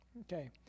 Okay